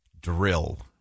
drill